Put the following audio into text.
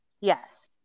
yes